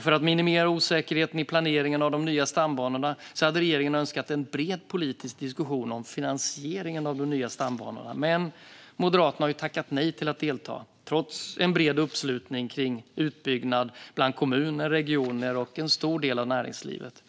För att minimera osäkerheter i planeringen av de nya stambanorna hade regeringen önskat en bred politisk diskussion om finansieringen av de nya stambanorna, men Moderaterna har tackat nej till att delta, trots en bred uppslutning kring en utbyggnad bland kommuner, regioner och en stor del av näringslivet.